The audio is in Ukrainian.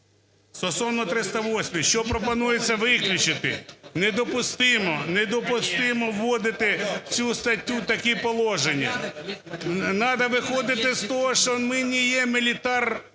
стосовно 308-ї. Що пропонується виключити. Недопустимо, недопустимо вводити в цю статтю такі положення. Надо виходити з того, що ми не є мілітар…